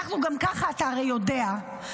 אתה הרי יודע,